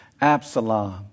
Absalom